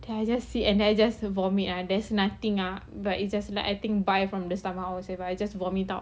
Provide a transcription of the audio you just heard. then I just sit and then I just vomit ah there's nothing ah but it's just blood I think by from the stomach or but I just vomit out